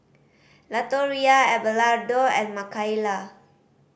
Latoria Abelardo and Makaila